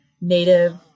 native